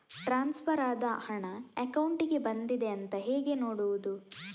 Transfer ಆದ ಹಣ ಅಕೌಂಟಿಗೆ ಬಂದಿದೆ ಅಂತ ಹೇಗೆ ನೋಡುವುದು?